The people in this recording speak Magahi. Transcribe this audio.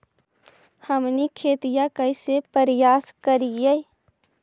हमनी खेतीया कइसे परियास करियय?